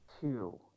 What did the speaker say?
two